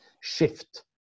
shift